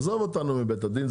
עזוב אותנו מבית הדין.